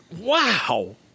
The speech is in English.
Wow